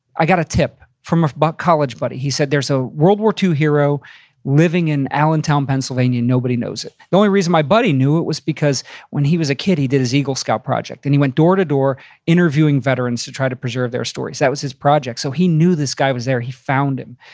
i got a tip from a but college buddy. he said, there's a world war ii hero living in allentown, pennsylvania, and nobody knows it. the only reason my buddy knew it was because when he was a kid, he did his eagle scout project, and he went door to door interviewing veterans to try to preserve their stories. that was his project. so he knew this guy was there. he found him.